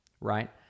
right